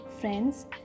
friends